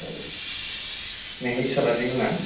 औ नोंनि फिसालानि मुङा